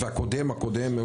והקודם הקודם,